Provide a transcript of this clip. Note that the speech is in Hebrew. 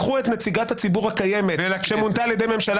לקחו את נציגת הציבור הקיימת שמונתה על ידי ממשלה